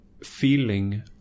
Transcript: feeling